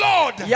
Lord